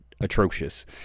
atrocious